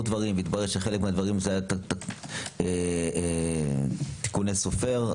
דברים והתברר שחלק מהדברים היו תיקוני סופר,